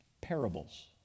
parables